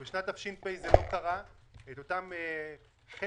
בשנת תש"ף זה לא קרה.